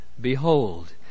Behold